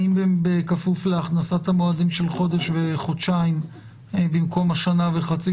האם בכפוף להכנסת המועדים של חודש וחודשיים במקום חצי